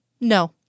No